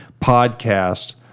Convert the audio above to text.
podcast